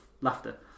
laughter